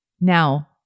Now